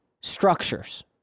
structures